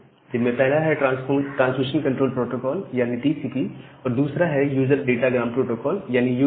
जिनमें पहला है ट्रांसमिशन कंट्रोल प्रोटोकोल यानी टीसीपी और दूसरा है यूजर डाटा ग्राम प्रोटोकॉल यानी यूडीपी